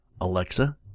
Alexa